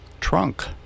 trunk